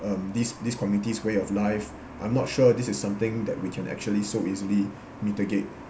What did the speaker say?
um these these communities' way of life I'm not sure this is something that we can actually so easily mitigate